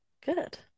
Good